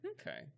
okay